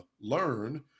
learn